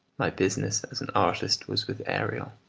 my business as an artist was with ariel.